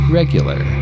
regular